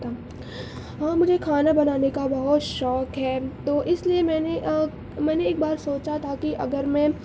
ہاں مجھے کھانا بنانے کا بہت شوق ہے تو اس لئے میں نے میں نے ایک بار سوچا تھا کہ اگر میں